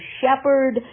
shepherd